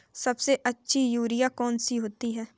सबसे अच्छी यूरिया कौन सी होती है?